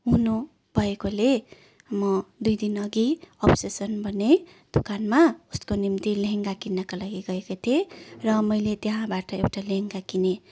हुनुभएकोले म दुई दिन अघि अबसेसन भन्ने दोकानमा उसको निम्ति लेहङ्गा किन्नका लागि गएको थिएँ र मैले त्यहाँबाट एउटा लेहङ्गा किनेँ